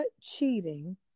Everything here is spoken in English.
cheating